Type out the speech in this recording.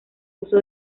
uso